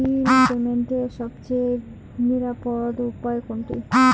বিল পেমেন্টের সবচেয়ে নিরাপদ উপায় কোনটি?